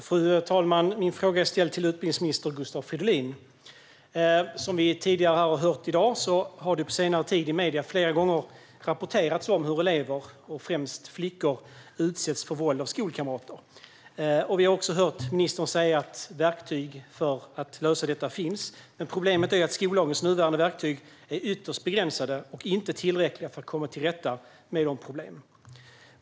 Fru talman! Min fråga är ställd till utbildningsminister Gustav Fridolin. Som vi har hört här tidigare i dag har det på senare tid i medierna flera gånger rapporterats om hur elever, främst flickor, utsätts för våld av skolkamrater. Vi har också hört ministern säga att verktyg för att lösa detta finns, men problemet är att skollagens nuvarande verktyg är ytterst begränsade och inte tillräckliga för att komma till rätta med problemen.